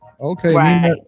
Okay